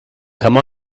come